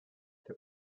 der